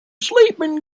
sleeping